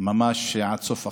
ממש עד סוף החודש.